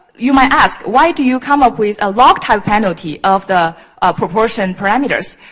you might ask, why do you come up with a log-type penalty of the proportion parameters.